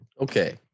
okay